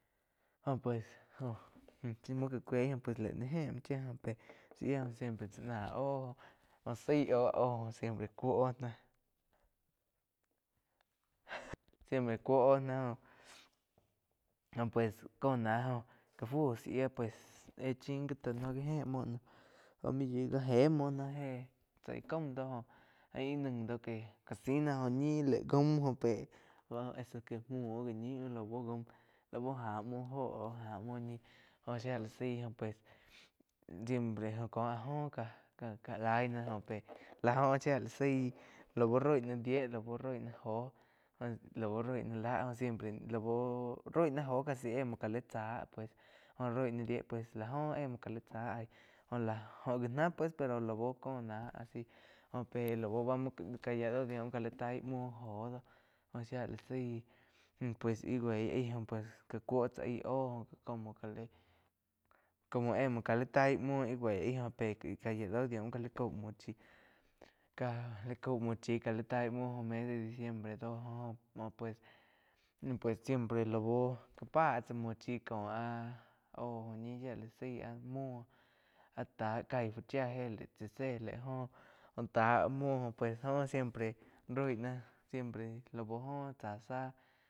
Jó pues joh tsi muo ká cuéi óh pues laig nai éh muo oh pe sha shia siempre chá náh óh jo zaih óh oh jo siempre cúo óh náh siempre cúo oh náh óh, oh pues cóh náh cá fu zá shía pues éh chin gi tá no gi éh muo no bá maig yói ká éh muo náh áh tzá íh caum do jain íh naih do que já zíín náh óh ñi lai jaum oh pe eso que muo gi ñiu lau gaum gá muo óh au gá muo ñih óh shía la zaí siempre óh ko áh jo káh laig ná óh pe lá jo shía la zaí lau rói náh die doh lau rói náh jo roí na lá siempre lau rói náh jo casi éh muo la tsá pues jo roi ná dies pies la jo éh muo la tzá óh gi ná pues pero lau kó ná asi jó pe lau ká yía doh taí muo jó doh óh shía la zái. Pues ih wey aí gá cúo tsá aig óh como éh ká la taig múo pé aig ka yía do muo ká la cau muo chí la cau muo chi ká la taí muo mes de diciembre do jo pues, pues siempre laú pá tsá muo chí có áh óh jo ñi shia la zaí áh muo áh tá caig fu chía héh tsii zé laih óho tá muo pues siempre rói náh la bu óh tzá záh.